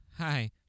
hi